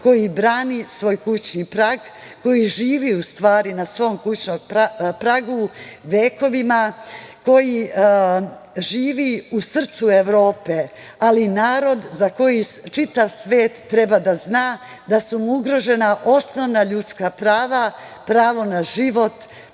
koji brani svoj kućni prag, koji živi u stvari na svom kućnom pragu vekovima, koji živi u srcu Evrope, ali narod za koji čitav svet treba da zna da su mu ugrožena osnovna ljudska prava, pravo na život,